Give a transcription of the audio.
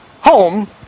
home